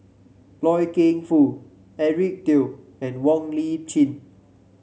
Loy Keng Foo Eric Teo and Wong Lip Chin